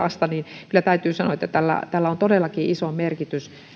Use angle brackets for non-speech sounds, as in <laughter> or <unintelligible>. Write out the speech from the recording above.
<unintelligible> lasta niin kyllä täytyy sanoa että tällä on todellakin iso merkitys